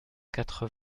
quatre